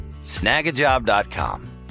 snagajob.com